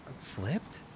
flipped